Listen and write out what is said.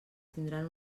tindran